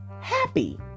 happy